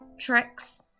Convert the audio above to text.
tricks